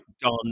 done